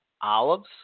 olives